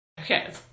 okay